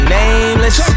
nameless